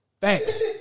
Thanks